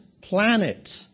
planet